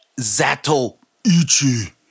Zatoichi